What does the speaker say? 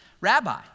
Rabbi